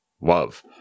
love